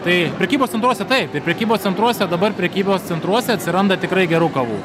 tai prekybos centruose taip ir prekybos centruose dabar prekybos centruose atsiranda tikrai gerų kavų